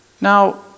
Now